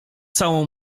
całą